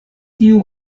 tiu